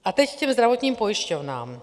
A teď ke zdravotním pojišťovnám.